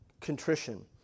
contrition